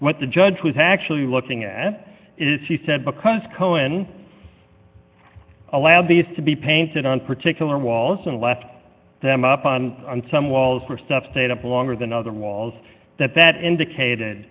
what the judge was actually looking at is she said because cohen allowed these to be painted on particular walls and left them up on some walls or stuff stayed up longer than other walls that that indicated